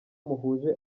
muhuje